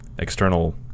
external